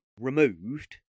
removed